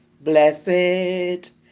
Blessed